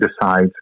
decides